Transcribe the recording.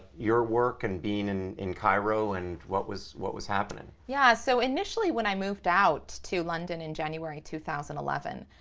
your work and being in in cairo and what was what was happening. yeah. so initially when i moved out to london in january two thousand and eleven,